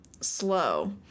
slow